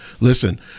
Listen